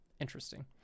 interesting